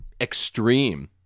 extreme